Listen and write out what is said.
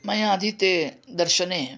मया अधीते दर्शने